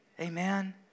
Amen